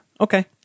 Okay